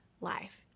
life